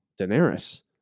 Daenerys